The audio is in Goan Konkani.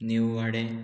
नीव वाडें